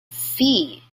fee